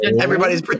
Everybody's